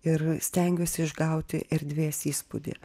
ir stengiuosi išgauti erdvės įspūdį